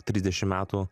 trisdešim metų